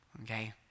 okay